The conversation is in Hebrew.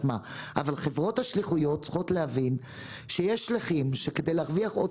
חברות השליחויות צריכות להבין שיש שליחים שכדי להרוויח עוד